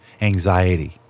anxiety